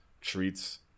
treats